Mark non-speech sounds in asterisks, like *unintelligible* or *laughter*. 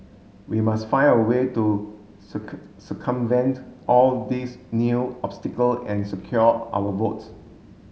we must find a way to *unintelligible* circumvent all these new obstacle and secure our votes